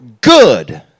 good